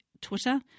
Twitter